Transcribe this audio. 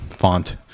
font